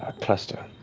ah cluster.